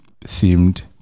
themed